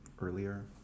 earlier